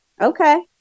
Okay